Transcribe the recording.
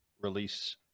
release